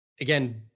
Again